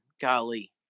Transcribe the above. golly